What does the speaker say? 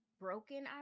broken